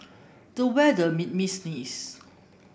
the weather made me sneeze